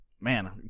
man